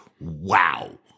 wow